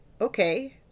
okay